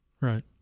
Right